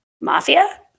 Mafia